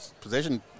Possession